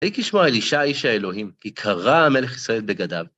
תקשבו על אישה איש האלוהים, כי קרע המלך ישראל בגדיו.